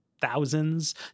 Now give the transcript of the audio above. thousands